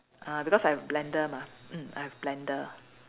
ah because I have blender mah mm I have blender